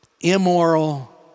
immoral